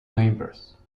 neighbors